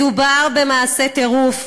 מדובר במעשה טירוף.